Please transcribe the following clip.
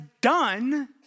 done